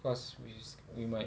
cause we just we might